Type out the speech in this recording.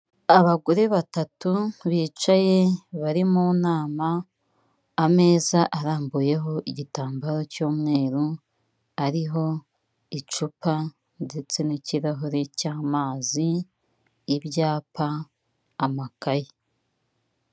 Abagore batatu bicaye bari mu nama, ameza arambuyeho igitambaro cy'umweru, ariho icupa ndetse n'ikirahure cy'amazi, ibyapa, amakayi.